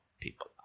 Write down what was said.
people